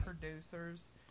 Producers